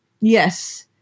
yes